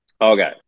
okay